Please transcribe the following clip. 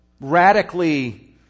radically